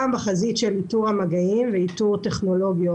גם בחזית של איתור המגעים ואיתור טכנולוגיות,